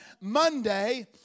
Monday